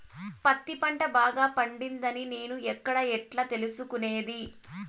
పత్తి పంట బాగా పండిందని నేను ఎక్కడ, ఎట్లా తెలుసుకునేది?